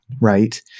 right